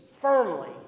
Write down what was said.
firmly